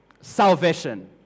salvation